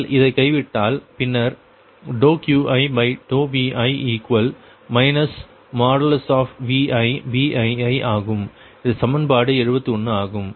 நீங்கள் இதை கைவிட்டால் பின்னர் QiVi ViBii ஆகும் இது சமன்பாடு 71 ஆகும்